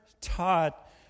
taught